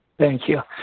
thank you.